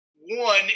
One